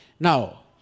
Now